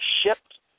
shipped